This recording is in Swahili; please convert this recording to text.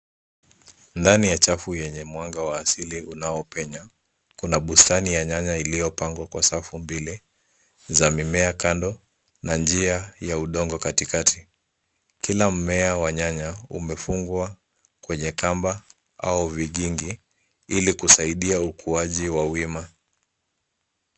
Ndani ya chafu yenye mwanga wa asili unaopenya. Kuna bustani ya nyanya iliyopangwa kwa safu mbili, za mimea kando na njia ya udongo katikati. Kila mmea wa nyanya umefungwa kwenye kamba au vikingi ili kusaidia ukuaji wa wima.